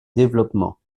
développement